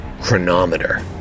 chronometer